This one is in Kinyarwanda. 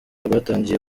rwatangiye